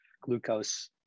Glucose